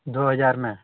दो हज़ार में